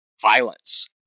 violence